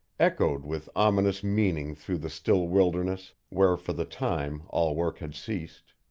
echoed with ominous meaning through the still wilderness, where for the time all work had ceased.